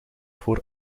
voor